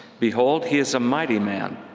behold, he is a mighty man,